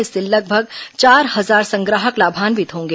इससे लगभग चार हजार संग्राहक लाभान्वित होंगे